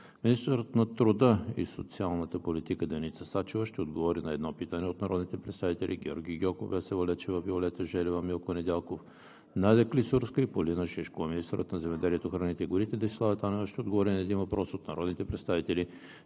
Министърът на труда и социалната политика Деница Сачева ще отговори на едно питане от народните представители Георги Гьоков, Весела Лечева, Виолета Желева, Милко Недялков, Надя Клисурска и Полина Шишкова. 4. Министърът на земеделието, храните и горите Десислава Танева ще отговори на един въпрос от народните представители